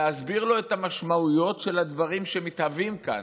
להסביר לו את המשמעויות של הדברים שמתהווים כאן,